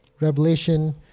Revelation